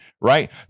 Right